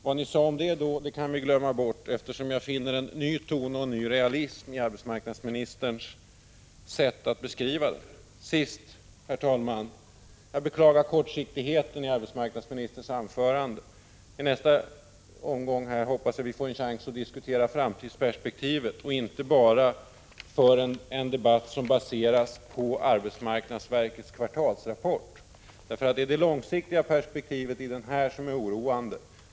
Vad ni sade om det då kan vi glömma, eftersom jag finner en ny ton och en ny realism i arbetsmarknadsministerns beskrivning nu. Till sist, fru talman: Jag beklagar kortsiktigheten i arbetsmarknadsministerns anförande. I nästa replikomgång hoppas jag att vi får chans att diskutera framtidsperspektivet, så att debatten inte bara baseras på arbets marknadsverkets kvartalsrapport. Det är det långsiktiga perspektivet som är oroande.